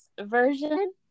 version